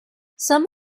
some